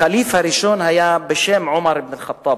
הח'ליף הראשון היה עומר אבן אל-ח'טאב.